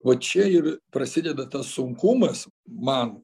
va čia ir prasideda tas sunkumas man